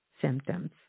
symptoms